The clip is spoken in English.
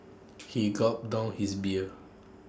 he gulped down his beer